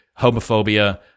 homophobia